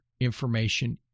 information